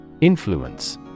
Influence